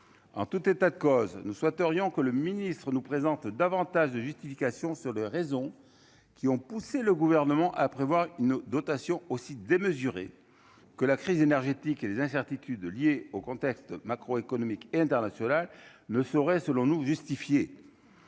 en tout état de cause, nous souhaiterions que le ministre-nous présentent davantage de justifications sur les raisons qui ont poussé le gouvernement à prévoir une dotation aussi démesuré que la crise énergétique et les incertitudes liées au contexte macro- économique internationale ne saurait selon nous justifier,